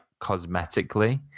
cosmetically